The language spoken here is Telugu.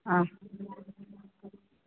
ఆ